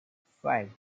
five